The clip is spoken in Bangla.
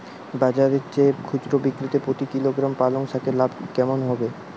বাজারের চেয়ে খুচরো বিক্রিতে প্রতি কিলোগ্রাম পালং শাকে লাভ কেমন হয়?